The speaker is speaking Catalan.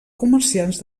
comerciants